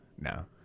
No